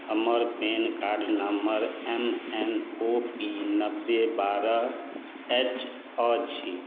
हमर PAN card number M N O P नबे बारह एच अछि